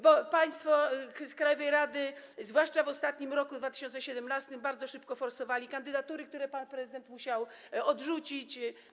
Bo państwo z krajowej rady, zwłaszcza w ostatnim roku, 2017, bardzo szybko forsowali kandydatury, które pan prezydent musiał odrzucić.